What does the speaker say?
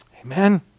Amen